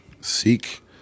seek